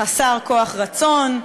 חסר כוח רצון,